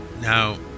now